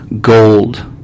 gold